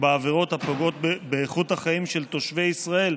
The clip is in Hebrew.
ובעבירות הפוגעות באיכות החיים של תושבי ישראל,